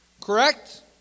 Correct